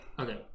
Okay